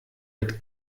mit